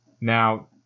Now